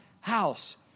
house